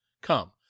Come